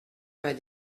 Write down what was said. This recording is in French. pas